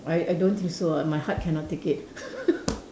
I I don't think so lah my heart cannot take it